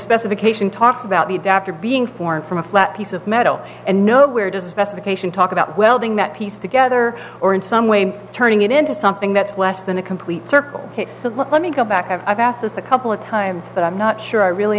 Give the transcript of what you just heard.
specification talk about the adapter being formed from a flat piece of metal and nowhere does the specification talk about welding that piece together or in some way turning it into something that's less than a complete circle so let me go back i've asked this a couple of times but i'm not sure i really